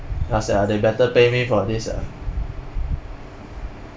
ya sia they better pay for me for this sia